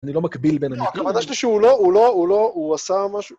אני לא מקביל בין המקום. הכוונה שלי שהוא לא, הוא לא, הוא לא, הוא עשה משהו.